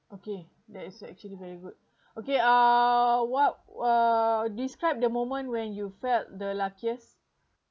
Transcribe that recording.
okay that is actually very good okay uh what uh described the moment when you felt the luckiest